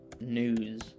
news